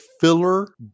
filler